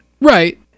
Right